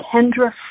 Kendra